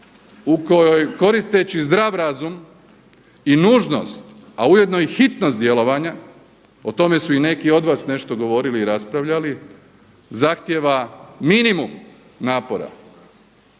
u kojoj koristeći zdrav razum i nužnost, a ujedno i hitnost djelovanja, o tome su i neki od vas nešto govorili i raspravljali, zahtjeva minimum napora